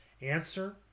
Answer